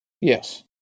Yes